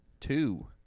two